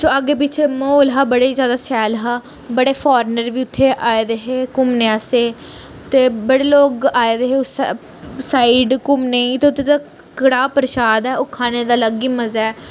जो अग्गें पिच्छे म्हौल हा बड़ा ई ज्यादा शैल हा बड़े फोरेनर बी उत्थें आए दे हे घूमने आस्तै ते बड़े लोग आए दे हे उस सा साइड घूमने ई ते उत्थूं दा कड़ाह् प्रसाद ऐ ओह् खाने दा अलग ही मज़ा ऐ